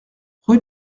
rue